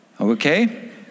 Okay